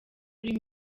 kuri